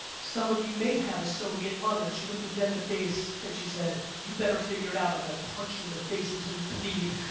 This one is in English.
some of you may have a soviet mother. she looked me dead in the face and she said you better figure it out or i'm gonna punch you in the face until you bleed.